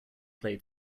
play